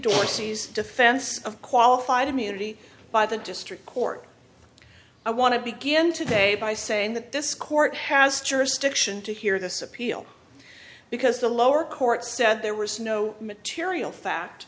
dorsey's defense of qualified immunity by the district court i want to begin today by saying that this court has jurisdiction to hear this appeal because the lower court said there was no material fact